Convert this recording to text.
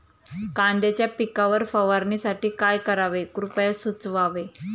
कांद्यांच्या पिकावर फवारणीसाठी काय करावे कृपया सुचवावे